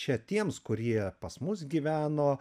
čia tiems kurie pas mus gyveno